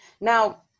now